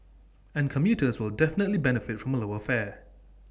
and commuters will definitely benefit from A lower fare